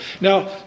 Now